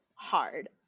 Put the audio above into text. hard